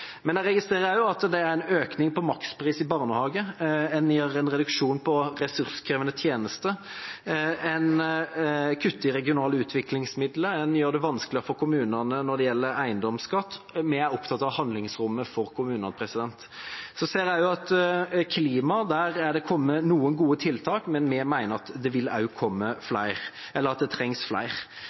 Men jeg registrerer også at det er en økning i makspris på barnehage, en reduksjon i ressurskrevende tjenester, at en kutter i regionale utviklingsmidler og gjør det vanskeligere for kommunene når det gjelder eiendomsskatt. Vi er opptatt av handlingsrommet for kommunene. Så ser jeg også at det er kommet noen gode tiltak på klima, men vi mener at det trengs flere. Vi kommer også til å være opptatt av vilkårene for barnefamiliene. Der mener jeg at